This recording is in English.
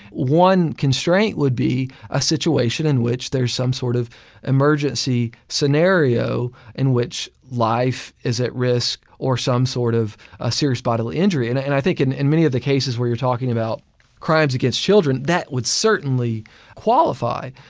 one constraint would be a situation in which there's some sort of emergency scenario in which life is at risk or some sort of a serious bodily injury. and i think in in many of the cases where you're talking about crimes against children, that would certainly qualify.